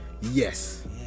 Yes